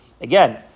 Again